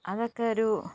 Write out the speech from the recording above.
അതൊക്കെ ഒരു